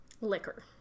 Liquor